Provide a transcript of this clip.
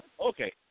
Okay